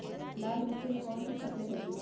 लाल मिट्टी में कौन सी फसल होती हैं?